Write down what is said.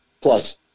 plus